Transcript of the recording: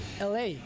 LA